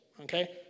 Okay